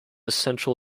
central